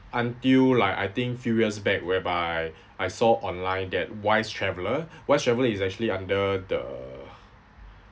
until like I think few years back whereby I saw online that wise traveller wise traveller is actually under the